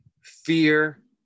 fear